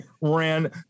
ran